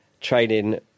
training